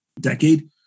decade